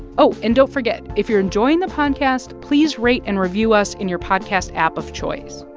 oh, and don't forget. if you're enjoying the podcast, please rate and review us in your podcast app of choice.